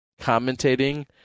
commentating